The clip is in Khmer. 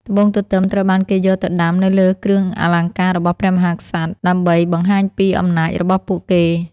ត្បូងទទឹមត្រូវបានគេយកទៅដាំនៅលើគ្រឿងអលង្ការរបស់ព្រះមហាក្សត្រដើម្បីបង្ហាញពីអំណាចរបស់ពួកគេ។